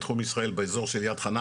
בתחום ישראל באזור של יד חנה,